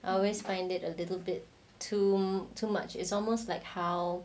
I always find it a little bit too too much it's almost like how